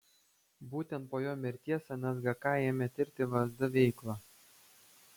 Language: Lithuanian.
būtent po jo mirties nsgk ėmė tirti vsd veiklą